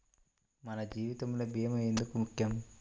మన జీవితములో భీమా ఎందుకు ముఖ్యం?